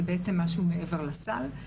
זה בעצם מה שמעבר לסל.